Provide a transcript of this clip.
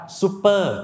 super